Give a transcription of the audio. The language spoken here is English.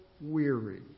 weary